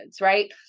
right